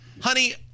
honey